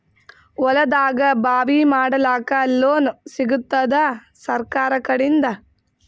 ಹೊಲದಾಗಬಾವಿ ಮಾಡಲಾಕ ಲೋನ್ ಸಿಗತ್ತಾದ ಸರ್ಕಾರಕಡಿಂದ?